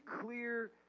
clear